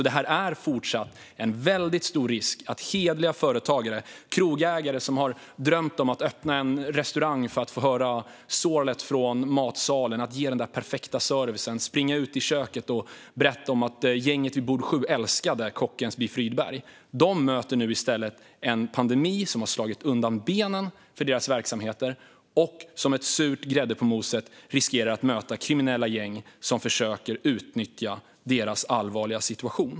Det är alltså fortsatt en väldigt stor risk att hederliga företagare - krogägare som har drömt om att öppna en restaurang för att få höra sorlet från matsalen, ge den perfekta servicen, springa ut i köket och berätta att gänget vid bord 7 älskade kockens biff Rydberg - nu i stället möter en pandemi som slår undan benen på deras verksamheter och som en sur grädde på moset riskerar att möta kriminella gäng som försöker utnyttja deras allvarliga situation.